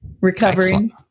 Recovering